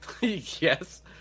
Yes